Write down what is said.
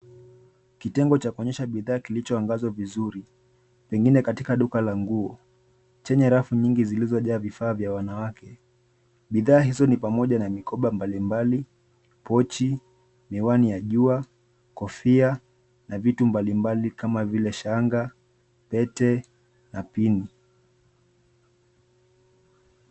Kitengo cha kuonyesha bidhaa kilichoangazwa vizuri pengine katika duka la nguo chenye rafu nyingi zilizojaa vifaa vya wanawake. Bidhaa hizo ni pamoja na mikoba mbalimbali, pochi, miwani ya jua, kofia na vitu mbalimbali kama vile shanga, pete na pini.